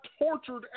tortured